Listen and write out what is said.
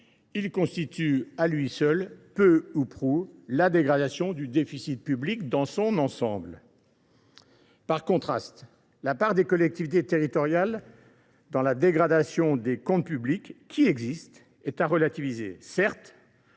peu ou prou à elle seule la dégradation du solde public dans son ensemble. Par contraste, la part des collectivités territoriales dans la dégradation des comptes publics, qui existe, est à relativiser. Certes,